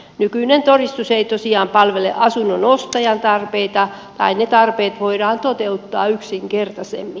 nykyinen todistus ei tosiaan palvele asunnon ostajan tarpeita tai ne tarpeet voidaan toteuttaa yksinkertaisemmin